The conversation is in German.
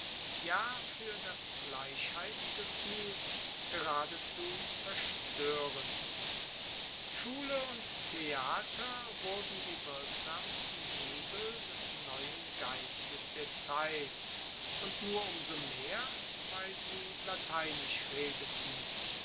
ja fuer das gleichheitsgefuehl geradezu zerstoerend schule und theater wurden die wirksamsten hebel des neuen geistes der zeit und nur um so mehr weil sie lateinisch redeten